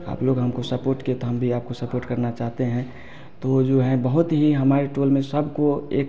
आप लोग हमको सपोर्ट किए तो हम भी आपको सपोर्ट करना चाहते हैं तो वो जो हैं बहुत ही हमारे टोल में सबको एक